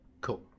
cool